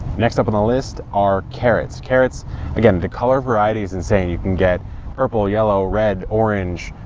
next up on the list are carrots. carrots again, the color variety is insane. you can get purple, yellow, red, orange,